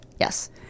Yes